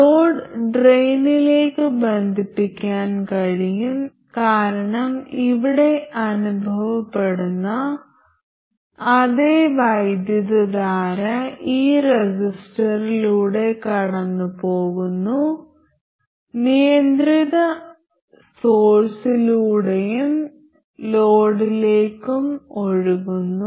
load ഡ്രെയിനിലേക്ക് ബന്ധിപ്പിക്കാൻ കഴിയും കാരണം ഇവിടെ അനുഭവപ്പെടുന്ന അതേ വൈദ്യുതധാര ഈ റെസിസ്റ്ററിലൂടെ കടന്നുപോകുന്നു നിയന്ത്രിത സോഴ്സിലൂടെയും ലോഡിലേക്കും ഒഴുകുന്നു